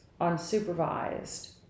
unsupervised